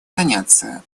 заняться